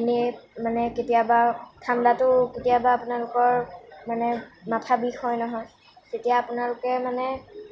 এনেইয়ে মানে কেতিয়াবা ঠাণ্ডাতো কেতিয়াবা আপোনালোকৰ মানে মাথা বিষ হয় নহয় তেতিয়া আপোনালোকে মানে